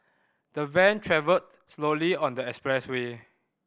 the van travelled slowly on the expressway